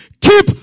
Keep